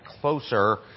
closer